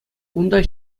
унта